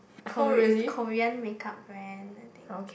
Ko~ is Korean makeup brand I think